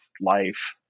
life